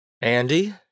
Andy